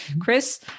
Chris